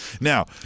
Now